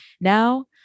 Now